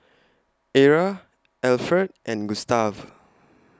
Era Alferd and Gustave